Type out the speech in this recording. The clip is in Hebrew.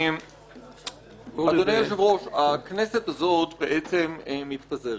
אדוני היושב-ראש, הכנסת הזאת מתפזרת.